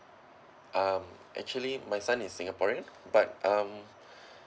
um actually my son is singaporean but um